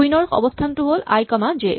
queen ৰ অৱস্হানটো হ'ল আই কমা জে